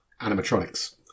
animatronics